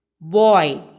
Boy